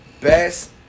best